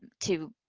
to,